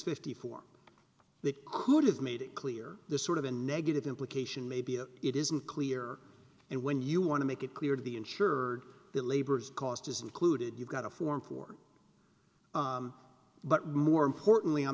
fifty four that could have made it clear this sort of a negative implication maybe it isn't clear and when you want to make it clear to the insured that labor's cost is included you've got a form for but more importantly on